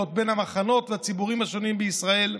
בין המחנות והציבורים השונים בישראל,